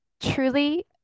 Truly